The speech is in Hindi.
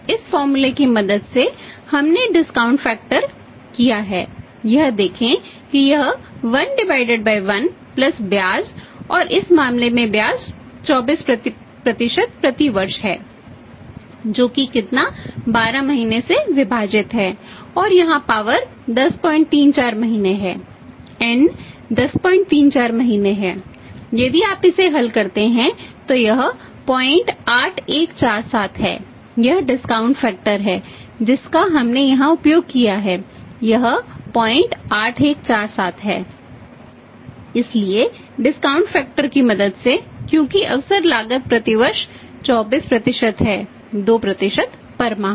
इस फॉर्मूले की मदद से क्योंकि अवसर लागत प्रति वर्ष 24 है 2 प्रति माह